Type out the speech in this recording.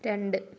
രണ്ട്